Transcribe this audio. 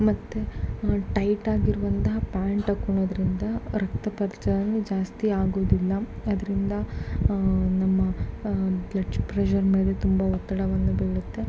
ಮತ್ತು ಟೈಟ್ ಆಗಿರುವಂತಹ ಪ್ಯಾಂಟ್ ಹಾಕೊಳೋದ್ರಿಂದ ರಕ್ತ ಪರಿಚಲನೆ ಜಾಸ್ತಿ ಆಗೋದಿಲ್ಲ ಅದರಿಂದ ನಮ್ಮ ಬ್ಲಡ್ ಪ್ರೆಷರ್ ಮೇಲೆ ತುಂಬ ಒತ್ತಡವನ್ನು ಬೀಳುತ್ತೆ